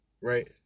right